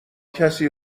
کسی